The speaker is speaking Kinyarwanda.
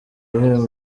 ibihembo